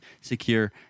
secure